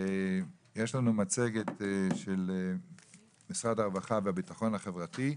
יש לנו מצגת של משרד הרווחה והביטחון החברתי.